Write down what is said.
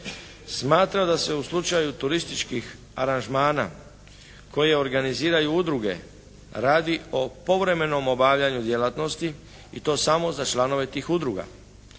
Smatra da se u slučaju turističkih aranžmana koje organiziraju udruge radi o povremenom obavljanju djelatnosti i to samo za članove tih udruga.